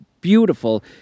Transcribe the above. beautiful